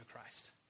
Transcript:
Christ